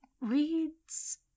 reads